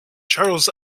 charles